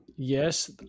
Yes